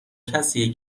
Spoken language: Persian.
کسیه